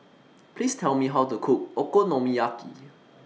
Please Tell Me How to Cook Okonomiyaki